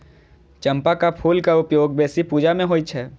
चंपाक फूलक उपयोग बेसी पूजा मे होइ छै